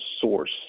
source